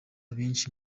benshi